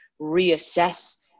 reassess